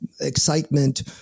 excitement